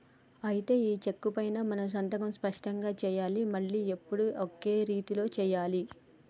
అయితే ఈ చెక్కుపై మనం సంతకం స్పష్టంగా సెయ్యాలి మళ్లీ ఎప్పుడు ఒకే రీతిలో సెయ్యాలి